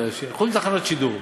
חוץ מתחנות שידור,